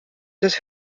des